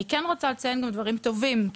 אני כן רוצה לציין גם דברים טובים.